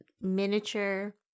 miniature